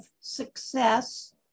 success